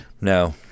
No